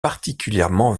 particulièrement